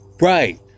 Right